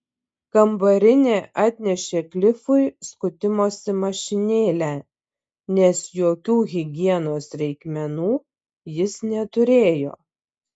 kambarinė atnešė klifui skutimosi mašinėlę nes jokių higienos reikmenų jis neturėjo